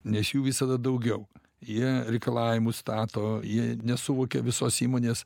nes jų visada daugiau jie reikalavimus stato jie nesuvokia visos įmonės